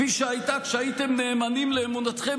כפי שהייתה כשהייתם נאמנים לאמונתכם